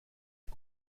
est